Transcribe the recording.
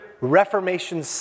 Reformation